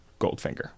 Goldfinger